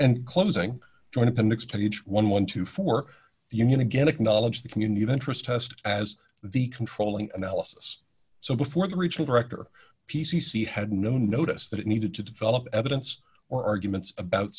and closing joint appendix page eleven to four the union again acknowledge the community of interest test as the controlling analysis so before the regional director p c c had no notice that it needed to develop evidence or arguments about